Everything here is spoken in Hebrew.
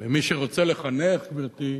ומי שרוצה לחנך, גברתי,